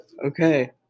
Okay